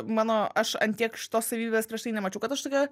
mano aš ant tiek šitos savybės prieš tai nemačiau kad aš tokia